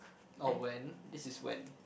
or when this is when